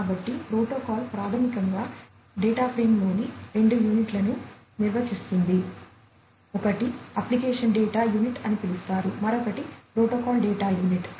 కాబట్టి ప్రోటోకాల్ ప్రాథమికంగా డేటా ఫ్రేమ్లోని రెండు యూనిట్లను నిర్వచిస్తుంది ఒకటి అప్లికేషన్ డేటా యూనిట్ అని పిలుస్తారు మరొకటి ప్రోటోకాల్ డేటా యూనిట్